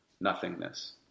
nothingness